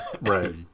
Right